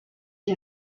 age